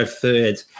third